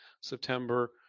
September